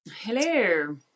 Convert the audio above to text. Hello